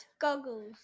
Goggles